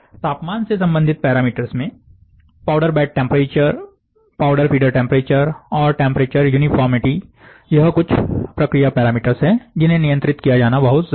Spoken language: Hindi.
तापमान से संबंधित पैरामीटर में powder bed temperature powder feeder temperature और टेम्परेचर यूनिफॉर्मिटी ये कुछ प्रक्रिया पैरामीटर हैं जिन्हें नियंत्रित किया जाना बहुत जरूरी है